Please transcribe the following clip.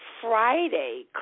Friday